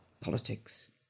politics